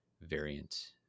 variant